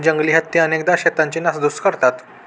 जंगली हत्ती अनेकदा शेतांची नासधूस करतात